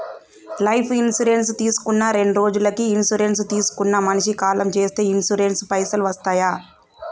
Life insurance తీసుకున్న రెండ్రోజులకి insurance తీసుకున్న మనిషి కాలం చేస్తే ఇన్సూరెన్స్ పైసల్ వస్తయా?